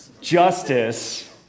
justice